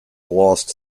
lost